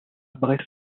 brest